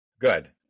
Good